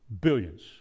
billions